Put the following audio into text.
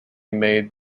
made